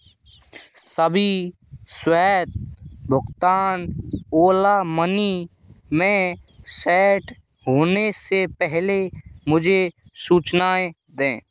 सभी स्वेत भुगतान ओला मनी में सेट होने से पहले मुझे सूचनाएँ दें